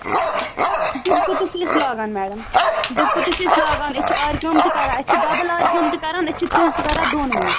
دُبکہٕ تہِ چھِی أسۍ لاگان میڈم دُبکہٕ تہِ چھِ أسۍ لاگان أسۍ چھِ آرِ کٲم تہِ کَران اَسہِ چھُ ڈبل آرِ کٲم تہِ کَران أسۍ چھِ تِلہٕ تہِ کَران دۄن منٛز